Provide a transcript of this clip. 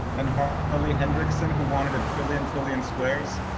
and harley hendrickson, who wanted a trillion trillion squares,